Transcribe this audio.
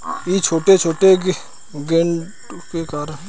इ छोटे छोटे गड्ढे के कारण ही आमतौर पर इ रास्ता में लोगन के ठोकर लागेला